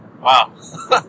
Wow